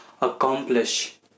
accomplish